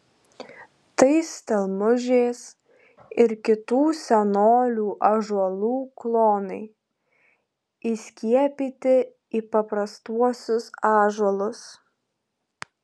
tai stelmužės ir kitų senolių ąžuolų klonai įskiepyti į paprastuosius ąžuolus